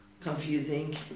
confusing